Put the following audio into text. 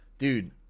Dude